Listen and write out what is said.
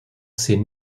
ses